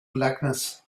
blackness